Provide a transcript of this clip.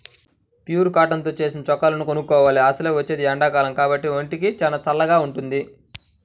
pure cotton తో నేసిన చొక్కాలను కొనుక్కోవాలి, అసలే వచ్చేది ఎండాకాలం కాబట్టి ఒంటికి చానా చల్లగా వుంటది